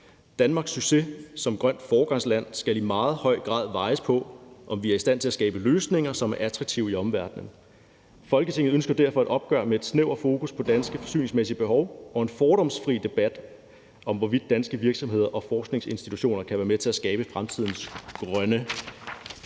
Danmarks succes som grønt foregangsland skal i meget høj grad vejes på, om vi er i stand til at skabe løsninger, som er attraktive i omverdenen. Folketinget ønsker derfor et opgør med et snævert fokus på danske forsyningsmæssige behov og en fordomsfri debat om, hvorvidt danske virksomheder og forskningsinstitutioner kan være med til at skabe fremtidens grønne